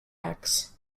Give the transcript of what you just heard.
eggs